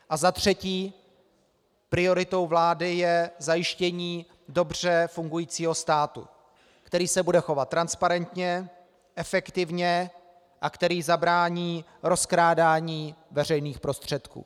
A za třetí, prioritou vlády je zajištění dobře fungujícího státu, který se bude chovat transparentně, efektivně a který zabrání rozkrádání veřejných prostředků.